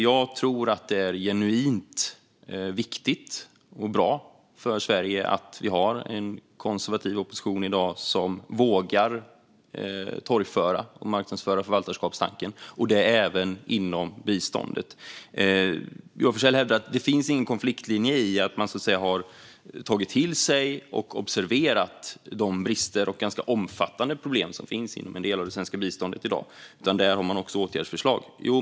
Jag tror att det är genuint viktigt och bra för Sverige att vi i dag har en konservativ opposition som vågar torgföra och marknadsföra förvaltarskapstanken, även inom biståndet. Joar Forssell hävdar att det inte finns någon konfliktlinje när det gäller att man har tagit till sig och observerat de brister och ganska omfattande problem som i dag finns inom en del av det svenska biståndet, utan att man där har åtgärdsförslag.